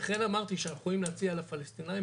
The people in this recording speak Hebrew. לכן אמרתי שאנחנו יכולים להציע לפלסטינאים